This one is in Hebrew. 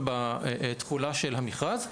בגדול בתכולה של המכרז.